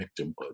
victimhood